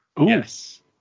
Yes